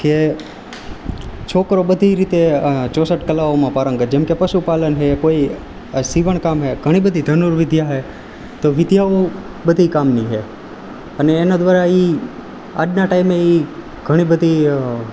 કે છોકરો બધી રીતે ચોસઠ કલાઓમાં પારંગત જેમકે પશુપાલન છે કોઈ આ સીવણ કામ છે ઘણી બધી ધનુર વિદ્યા તો વિદ્યાઓ બધી કામની છે અને એના દ્વારા એ આજના ટાઈમે એ ઘણી બધી